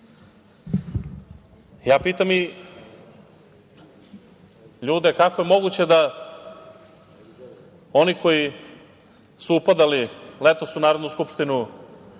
pitam i ljude kako je moguće da oni koji su upadali letos u Narodnu skupštinu,